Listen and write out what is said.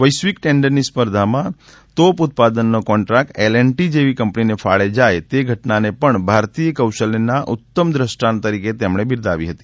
વૈશ્વિક ટેન્ડરની સ્પર્ધામા તોપ ઉત્પાદનનો કોન્ટ્રાક્ટ એલ એન્ડ ટી જેવી કંપનીને ફાળે જાય તે ઘટનાને પણ ભારતીય કૌશલ્યના ઉત્તમ દ્રષ્ટાંત તરીકે તેમણે બિરદાવી હતી